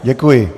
Děkuji.